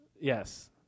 Yes